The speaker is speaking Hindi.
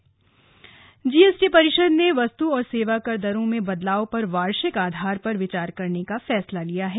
जीएसटी परिषद जीएसटी परिषद ने वस्तु और सेवाकर दरों में बदलाव पर वार्षिक आधार पर विचार करने का फैसला किया है